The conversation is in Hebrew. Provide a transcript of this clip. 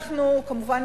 כמובן,